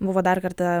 buvo dar kartą